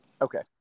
Okay